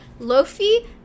Lofi